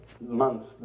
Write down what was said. months